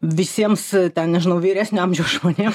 visiems ten nežinau vyresnio amžiaus žmonėm